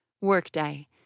Workday